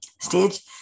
stage